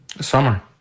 Summer